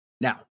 Now